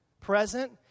present